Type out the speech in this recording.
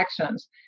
actions